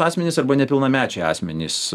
asmenys arba nepilnamečiai asmenys